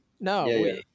No